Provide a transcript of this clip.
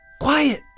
quiet